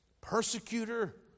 persecutor